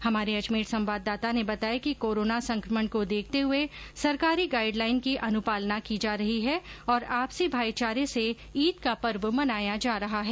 हमारे अजमेर संवाददाता ने बताया कि कोरोना संकमण को देखते हुए सरकारी गाइड लाइन की अनुपालना की जा रही है और आपसी भाईचारे से ईद का पर्व मनाया जा रहा है